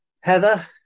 heather